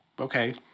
okay